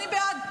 אני בעד,